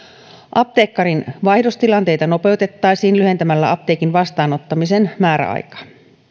apteekkarinvaihdostilanteita nopeutettaisiin lyhentämällä apteekin vastaanottamisen määräaikaa